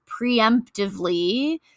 preemptively